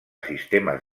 sistemes